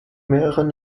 mehreren